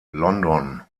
london